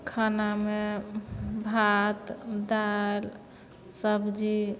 खानामे भात दालि सब्जी